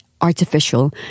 artificial